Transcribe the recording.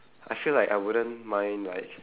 I feel like I wouldn't mind like